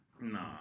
Nah